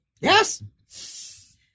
Yes